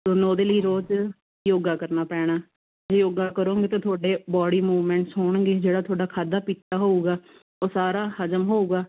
ਤੁਹਾਨੂੰ ਉਹਦੇ ਲਈ ਰੋਜ਼ ਯੋਗਾ ਕਰਨਾ ਪੈਣਾ ਯੋਗਾ ਕਰੋਂਗੇ ਤਾਂ ਤੁਹਾਡੇ ਬੋਡੀ ਮੂਵਮੈਂਟਸ ਹੋਣਗੇ ਜਿਹੜਾ ਤੁਹਾਡਾ ਖਾਧਾ ਪੀਤਾ ਹੋਵੇਗਾ ਉਹ ਸਾਰਾ ਹਜਮ ਹੋਵੇਗਾ